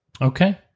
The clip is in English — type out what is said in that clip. Okay